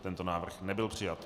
Tento návrh nebyl přijat.